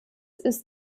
ist